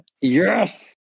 Yes